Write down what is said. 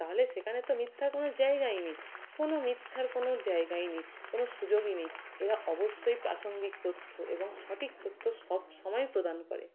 তাহলে সেখানে তো মিথ্যার কোনো জায়গাই নেই কোনো মিথ্যার কোনো জায়গায়ই নেই কোনো সুযোগই নেই এরা অবশ্যই প্রাসঙ্গিক তথ্য এবং সঠিক তথ্য সব সময় প্রদান করে